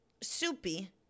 Soupy